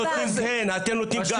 במה